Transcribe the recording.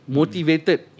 motivated